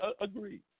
agree